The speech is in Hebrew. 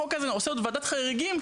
החוק הזה עוד עושה ועדת חריגים,